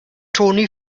toni